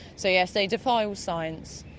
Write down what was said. so yes, they defy all science.